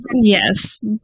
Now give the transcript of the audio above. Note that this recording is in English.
Yes